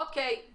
אוקיי.